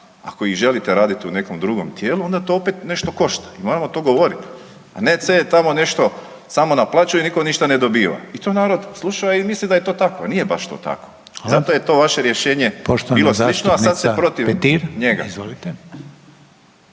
Ako ih želite raditi u nekom drugom tijelu, onda to opet nešto košta i moramo to govoriti, a ne .../nerazumljivo/... tamo nešto samo naplaćuje, nitko ništa ne dobiva i to narod sluša i misli da je to tako, a nije baš to tako. .../Upadica: Hvala./... Zato je to vaše rješenje